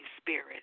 Spirit